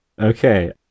okay